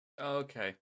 Okay